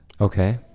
Okay